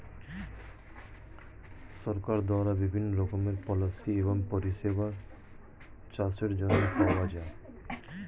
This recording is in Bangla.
সরকারের দ্বারা বিভিন্ন রকমের পলিসি এবং পরিষেবা চাষের জন্য পাওয়া যায়